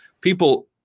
people